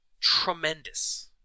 Tremendous